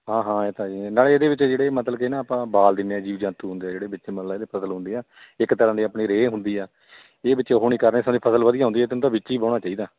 ਹਾਂ ਹਾਂ ਇਹ ਤਾਂ ਹੈ ਨਾਲੇ ਇਹਦੇ ਵਿੱਚ ਜਿਹੜੇ ਮਤਲਬ ਕਿ ਨਾ ਆਪਾਂ ਬਾਲ ਦਿੰਦੇ ਹਾਂ ਜੀਵ ਜੰਤੂ ਹੁੰਦੇ ਜਿਹੜੇ ਵਿੱਚ ਮਤਲਬ ਇਹਦੇ ਫਸਲ ਹੁੰਦੀ ਆ ਇੱਕ ਤਰ੍ਹਾਂ ਦੀ ਆਪਣੀ ਰੇਹ ਹੁੰਦੀ ਆ ਇਹ ਵਿੱਚ ਉਹ ਨਹੀਂ ਕਰ ਰਹੇ ਸਗੋਂ ਫਸਲ ਵਧੀਆ ਹੁੰਦੀ ਇਹਨੂੰ ਤਾਂ ਵਿੱਚ ਹੀ ਵਾਉਣਾ ਚਾਹੀਦਾ